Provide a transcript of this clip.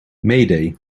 mayday